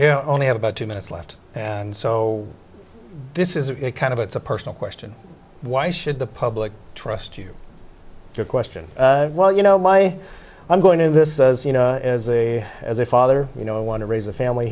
to only have about two minutes left and so this is kind of a it's a personal question why should the public trust you to question well you know my i'm going to this is you know as a as a father you know i want to raise a family